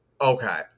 Okay